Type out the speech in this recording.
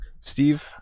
Steve